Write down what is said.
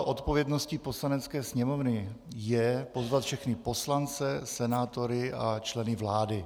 Odpovědností Poslanecké sněmovny je pozvat všechny poslance, senátory a členy vlády.